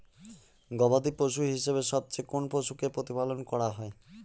গবাদী পশু হিসেবে সবচেয়ে কোন পশুকে প্রতিপালন করা হয়?